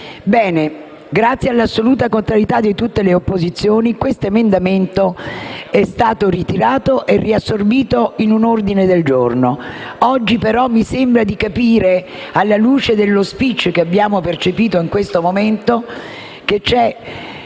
Bene, grazie all'assoluta contrarietà di tutte le opposizioni, questo emendamento è stato ritirato e riassorbito in un ordine del giorno. Oggi, però, mi sembra di capire, alla luce dello *speech* che abbiamo ascoltato, che questo emendamento, che era